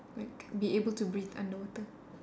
like be able to breathe under water